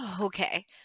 Okay